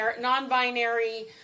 non-binary